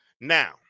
Now